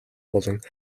болон